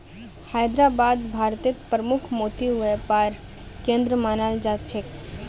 हैदराबादक भारतेर प्रमुख मोती व्यापार केंद्र मानाल जा छेक